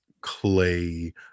clay